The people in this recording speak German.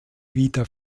wieder